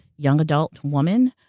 young adult woman,